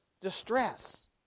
distress